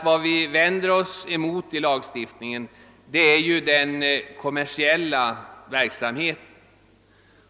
Vad vi med den föreslagna lagstiftningen främst vänder oss emot är den kommersiella verksamheten.